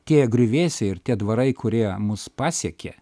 tie griuvėsiai ir tie dvarai kurie mus pasiekė